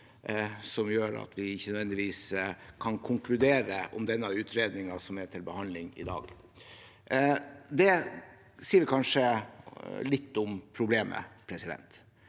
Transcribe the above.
som gjør at vi ikke nødvendigvis kan konkludere om den utredningen som er til behandling i dag. Det sier kanskje litt om problemet. Da vil